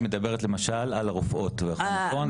את מדברת למשל על הרופאות לדוגמא.